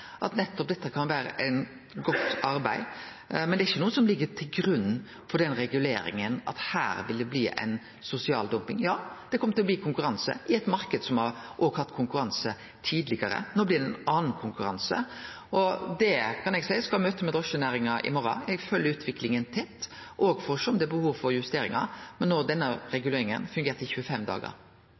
at dette kan vere ein god arbeidsplass. Men det er ikkje noko som ligg til grunn for at denne reguleringa vil føre til sosial dumping. Ja, det kjem til å bli konkurranse i ein marknad som òg har hatt konkurranse tidlegare. No blir det ein annan konkurranse. Eg skal ha eit møte med drosjenæringa i morgon. Eg følgjer utviklinga tett, òg for å sjå om det er behov for justeringar. Men no har denne reguleringa fungert i 25 dagar.